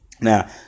Now